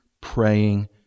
praying